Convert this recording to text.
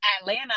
Atlanta